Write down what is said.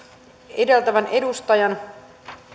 edeltävän edustajan